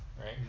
right